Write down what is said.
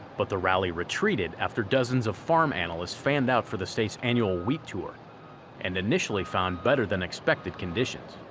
but the rally retreated after dozens of farm analysts fanned out for the state's annual wheat tour and initially found better than expected conditions.